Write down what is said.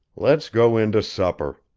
let's go in to supper.